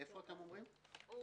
אני